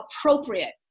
appropriate